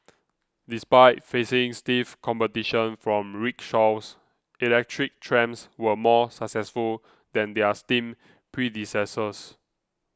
despite facing stiff competition from rickshaws electric trams were more successful than their steam predecessors